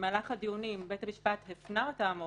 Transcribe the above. ובמהלך הדיונים בית המשפט הפנה אותם,